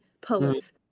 poets